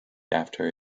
after